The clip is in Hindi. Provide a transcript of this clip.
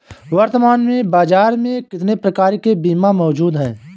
वर्तमान में बाज़ार में कितने प्रकार के बीमा मौजूद हैं?